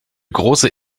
große